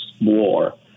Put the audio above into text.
war